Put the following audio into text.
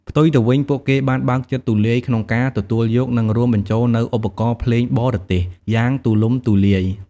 ផ្ទុយទៅវិញ ពួកគេបានបើកចិត្តទូលាយក្នុងការទទួលយក និងរួមបញ្ចូលនូវ ឧបករណ៍ភ្លេងបរទេស យ៉ាងទូលំទូលាយ។